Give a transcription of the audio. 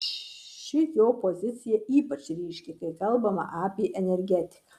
ši jo pozicija ypač ryški kai kalbama apie energetiką